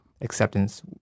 acceptance